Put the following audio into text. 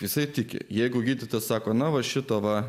jisai tiki jeigu gydytojai sako na va šito va